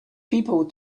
people